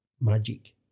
Magic